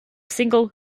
single